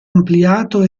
ampliato